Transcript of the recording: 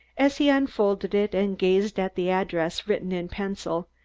as he unfolded it and gazed at the address, written in pencil,